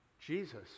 Jesus